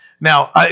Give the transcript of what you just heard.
Now